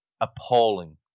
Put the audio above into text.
appalling